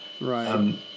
Right